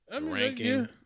Ranking